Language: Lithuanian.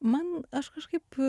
man aš kažkaip